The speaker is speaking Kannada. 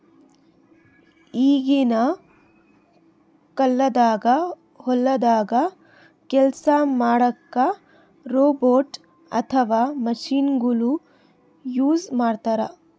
ಈಗಿನ ಕಾಲ್ದಾಗ ಹೊಲ್ದಾಗ ಕೆಲ್ಸ್ ಮಾಡಕ್ಕ್ ರೋಬೋಟ್ ಅಥವಾ ಮಷಿನಗೊಳು ಯೂಸ್ ಮಾಡ್ತಾರ್